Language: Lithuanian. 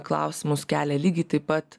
klausimus kelia lygiai taip pat